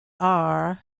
aare